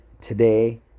Today